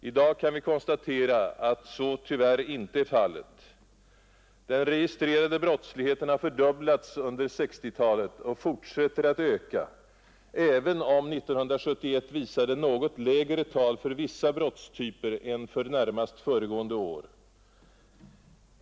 I dag kan vi konstatera att så tyvärr inte är fallet. Den registrerade brottsligheten har fördubblats under 1960-talet och fortsätter att öka, även om 1971 visade något lägre tal för vissa brottstyper än närmast föregående år.